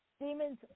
Demons